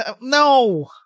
No